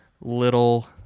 little